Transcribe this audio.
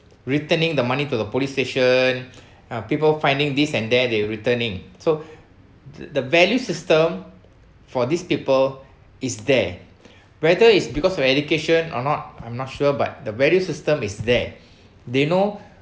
returning the money to the police station uh people finding this and that they returning so the value system for these people is their rather is because of education or not I'm not sure but the value system is there they know